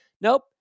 Nope